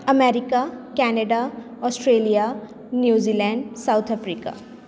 America Canada Australia New Zealand South Africa